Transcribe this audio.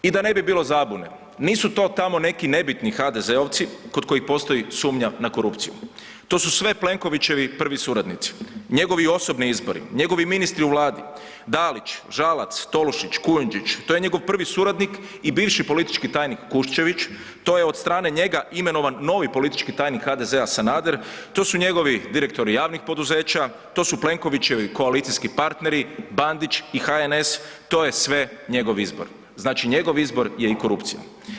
I da ne bi bilo zabune, nisu to tamo neki nebitni HDZ-ovci kod kojih postoji sumnja na korupciju, to su sve Plenkovićevi prvi suradnici, njegovi osobni izbori, njegovi ministri u Vladi Dalić, Žalac, Tolušić, Kujundžić to je njegov prvi suradnik i bivši politički tajnik Kuščević, to je od strane njega imenovan novi politički tajnik HDZ-a Sanader, to su njegovi direktori javnih poduzeća, to su Plenkovićevi koalicijski partneri, Bandić i HNS to je sve njegov izbor, znači njegov izbor je i korupcija.